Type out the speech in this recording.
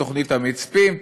בתוכנית המצפים,